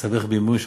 והסתבך בהימורים,